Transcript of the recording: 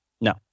No